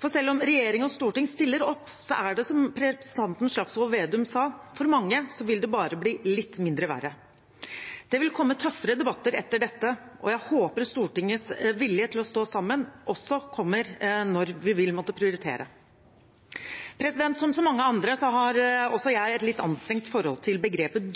Selv om regjering og storting stiller opp, er det slik som representanten Slagsvold Vedum sa: For mange vil det bare bli litt mindre verre. Det vil komme tøffere debatter etter dette, og jeg håper Stortingets vilje til å stå sammen også kommer når vi vil måtte prioritere. Som så mange andre har også jeg et litt anstrengt forhold til begrepet